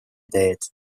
teed